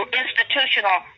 institutional